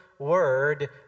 word